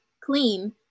clean